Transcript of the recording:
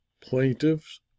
Plaintiffs